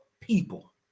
people